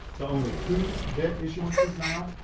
only two debt issuances. now,